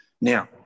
Now